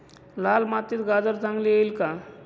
लाल मातीत गाजर चांगले येईल का?